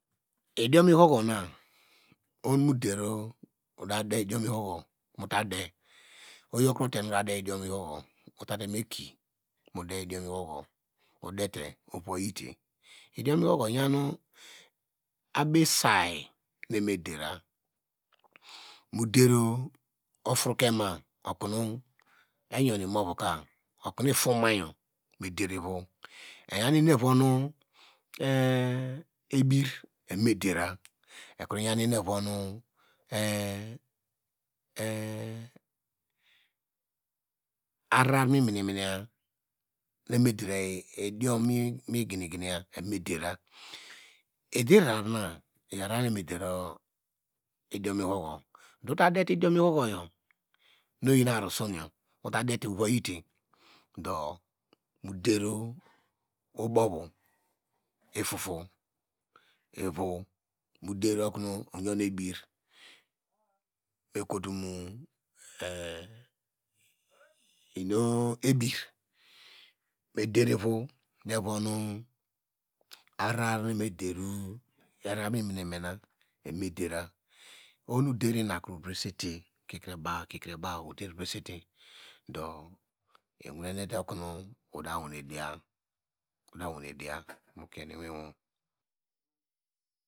Idiom ihohina oho nu moder ode de idiom ihoho ovokro te mota de idiom lhoho ote temo eki mode idiom lhoho odete oyite, idiom ihoho iyano oyesay nu eya modera moder ofroke ma okono eyan imovoku okonu itomayo meder ivo eyan ino evon no eh ebir evo ekro von lnum evon aveiranu uvara mimeme na no evo meder idiom no miginiginiya eva medera idet ata na iyo avara nu eva me der idiom lhoho dọ uta dete idiom ihoho yo nu iyen uroson ova yite dọ moder obovo itoto ivo mo der okono oyon ebir mekoto mo eh inun ebir, medir ivo no evon avara no mimenemena eva medera ohono oder inakro urisete kikrebow kikrebow uvesite do iwenite okono udow wane diya odawane diya mokiene iwiwo.